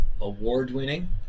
award-winning